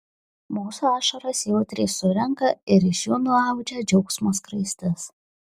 mūsų ašaras jautriai surenka ir iš jų nuaudžia džiaugsmo skraistes